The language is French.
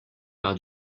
par